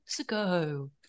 ago